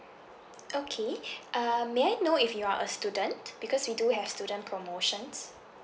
okay um may I know if you are a student because we do have student promotions